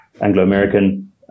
Anglo-American